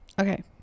okay